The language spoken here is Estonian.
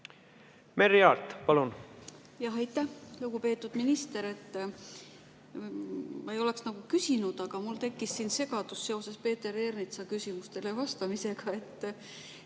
Merry Aart, palun!